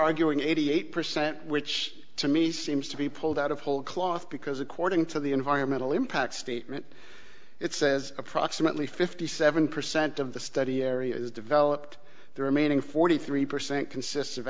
arguing eighty eight percent which to me seems to be pulled out of whole cloth because according to the environmental impact statement it says approximately fifty seven percent of the study area is developed the remaining forty three percent consists of